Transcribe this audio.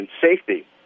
safety